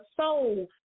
soul